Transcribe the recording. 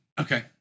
Okay